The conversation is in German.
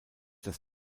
das